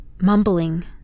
mumbling